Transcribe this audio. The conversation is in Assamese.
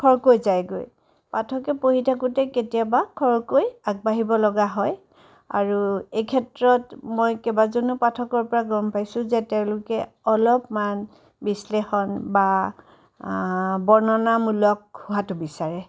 খৰকৈ যায়গৈ পাঠকে পঢ়ি থাকোঁতে কেতিয়াবা খৰকৈ আগবাঢ়িবলগীয়া হয় আৰু এই ক্ষেত্ৰত মই কেইবাজনো পাঠকৰ পৰা গম পাইছোঁ যে তেওঁলোকে অলপমান বিশ্লেষণ বা বৰ্ণনামূলক হোৱাটো বিচাৰে